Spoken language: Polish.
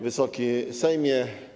Wysoki Sejmie!